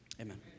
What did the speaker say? Amen